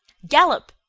gallop!